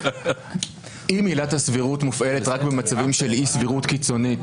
אם עילת הסבירות מופעלת רק במצבים של אי סבירות קיצונית,